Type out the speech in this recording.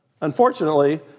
unfortunately